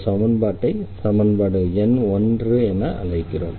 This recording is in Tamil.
இந்த சமன்பாட்டை சமன்பாடு எண் 1 என அழைக்கிறோம்